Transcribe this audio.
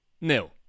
nil